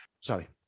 sorry